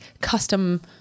custom